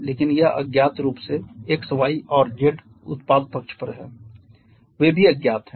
लेकिन यह अज्ञात रूप से x y और z उत्पाद पक्ष पर है वे भी अज्ञात हैं